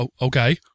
Okay